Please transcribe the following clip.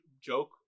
joke